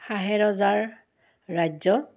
হাঁহে ৰজাৰ ৰাজ্য